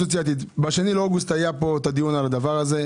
ב-2 באוגוסט היה הדיון על הדבר הזה.